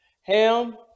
Ham